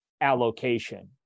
allocation